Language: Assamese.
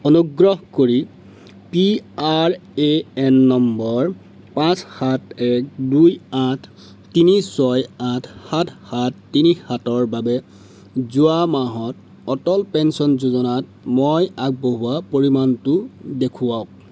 অনুগ্ৰহ কৰি P R A N number পাঁচ সাত এক দুই আঠ তিনি ছয় আঠ সাত সাত তিনি সাতৰ বাবে যোৱা মাহত অটল পেঞ্চন যোজনাত মই আগবঢ়োৱা পৰিমাণটো দেখুৱাওক